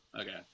Okay